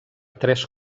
tres